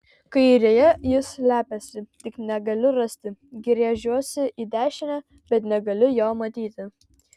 kairėje jis slepiasi tik negaliu rasti gręžiuosi į dešinę bet negaliu jo matyti